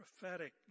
prophetic